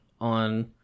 on